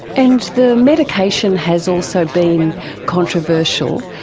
and the medication has also been controversial.